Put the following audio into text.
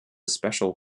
special